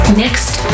next